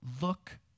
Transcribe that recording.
Look